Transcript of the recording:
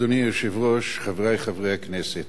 אדוני היושב-ראש, חברי חברי הכנסת,